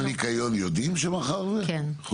אנשים יודעים שמחר יום הניקיון?